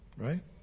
right